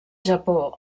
japó